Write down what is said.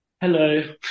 Hello